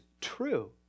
true